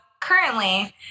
currently